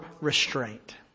restraint